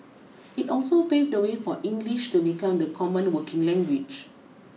it also paved the way for English to become the common working language